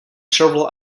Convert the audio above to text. several